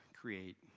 create